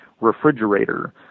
refrigerator